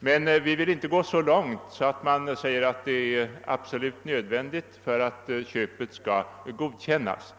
men vi vill inte gå så långt att detta skall vara nödvändigt för att köpet skall godkännas.